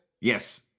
Yes